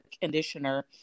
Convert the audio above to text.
conditioner